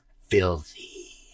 filthy